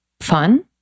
fun